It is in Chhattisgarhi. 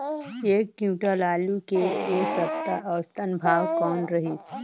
एक क्विंटल आलू के ऐ सप्ता औसतन भाव कौन रहिस?